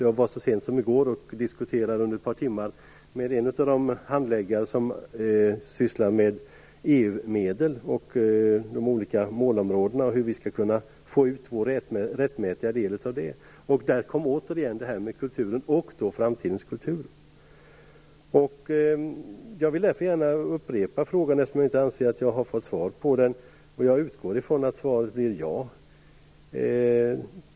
Jag var så sent som i går och diskuterade under ett par timmar med en av de handläggare som sysslar med EU-medel och de olika målområdena om hur vi skall kunna få ut vår rättmätiga del av det. Där kom återigen detta med kulturen och Framtidens kultur upp. Jag vill därför gärna upprepa frågan, eftersom jag inte anser att jag har fått svar på den. Jag utgår ifrån att svaret blir ja.